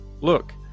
Look